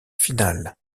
finale